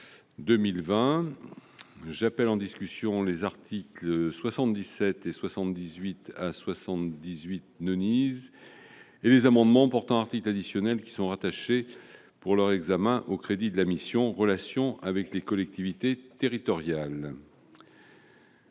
J'appelle en discussion les articles 77 à 78 et les amendements portant articles additionnels, qui sont rattachéspour leur examen aux crédits de la mission « Relations avec les collectivités territoriales ».